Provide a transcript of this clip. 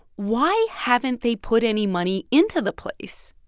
why haven't they put any money into the place?